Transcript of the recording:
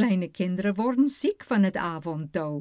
kleine kind'ren worden ziek van den avonddauw